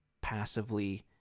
passively